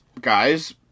guys